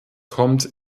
kommt